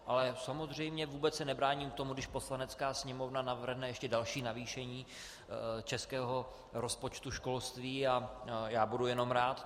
Ale samozřejmě vůbec se nebráním tomu, když Poslanecká sněmovna navrhne ještě další navýšení českého rozpočtu školství, a já budu jenom rád.